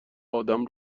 آدم